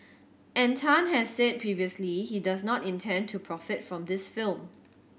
and Tan has said previously he does not intend to profit from this film